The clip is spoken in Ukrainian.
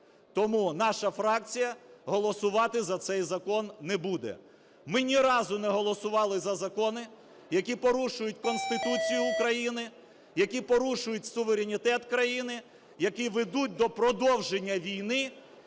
Тому наша фракція голосувати за цей закон не буде. Ми ні разу не голосували за закони, які порушуються Конституцію України, які порушують суверенітет країни, які ведуть до продовження війни